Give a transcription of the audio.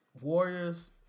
Warriors